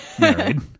married